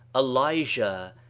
elijah,